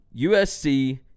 USC